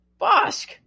Bosk